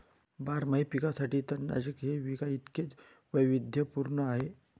बारमाही पिकांसाठी तणनाशक हे पिकांइतकेच वैविध्यपूर्ण आहे